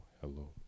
hello